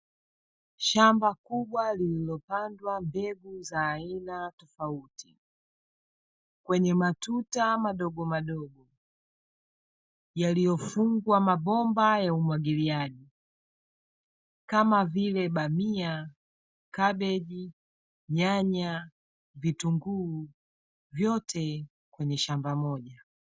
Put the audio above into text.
Shamba kubwa lililopandwa mbegu za aina tofauti, kwenye matuta madogomadogo, yaliyofungwa mabomba ya umwagiliaji, kama vile bamia, kabeji, nyanya, vitunguu, vyote kwenye shamba moja.